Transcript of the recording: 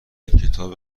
کتاب